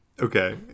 Okay